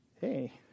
hey